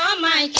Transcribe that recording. um my